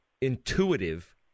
intuitive